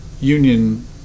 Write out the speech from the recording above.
union